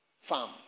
farm